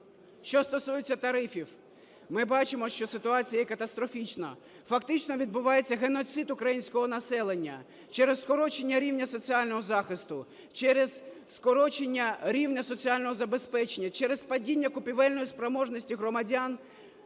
Що стосується тарифів, ми бачимо, що ситуація є катастрофічна. Фактично відбувається геноцид українського населення через скорочення рівня соціального захисту, через скорочення рівня соціального забезпечення, через падіння купівельної спроможності громадян